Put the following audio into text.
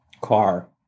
car